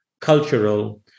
Cultural